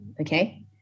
Okay